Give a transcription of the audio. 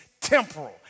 temporal